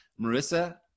Marissa